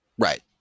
Right